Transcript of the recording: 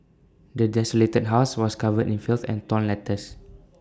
the desolated house was covered in filth and torn letters